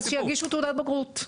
אוקיי, אז שיגישו תעודת בגרות.